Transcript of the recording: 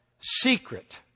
secret